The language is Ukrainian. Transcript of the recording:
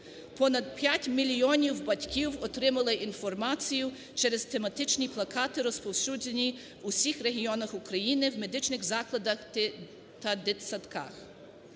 Понад 5 мільйонів батьків отримали інформацію через тематичні плакати, розповсюджені у всіх регіонах України в медичних закладах та дитсадках.